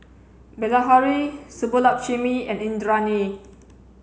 Bilahari Subbulakshmi and Indranee